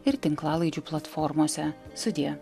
ir tinklalaidžių platformose sudie